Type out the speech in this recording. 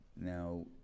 Now